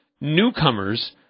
Newcomers